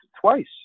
twice